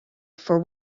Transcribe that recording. for